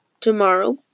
tomorrow